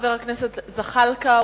חבר הכנסת ג'מאל זחאלקה,